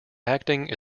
acting